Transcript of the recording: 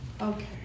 Okay